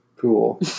Cool